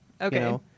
Okay